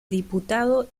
diputado